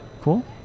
Cool